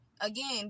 again